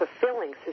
fulfilling